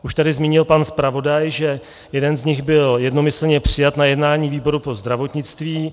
Už tady zmínil pan zpravodaj, že jeden z nich byl jednomyslně přijat na jednání výboru pro zdravotnictví.